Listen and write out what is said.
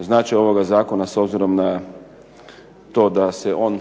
značaj ovoga zakona s obzirom na to da se on